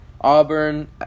Auburn